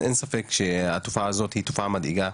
אין ספק שהתופעה הזו היא תופעה מדאיגה